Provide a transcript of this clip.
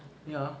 ya